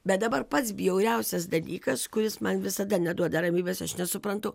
bet dabar pats bjauriausias dalykas kuris man visada neduoda ramybės aš nesuprantu